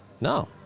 No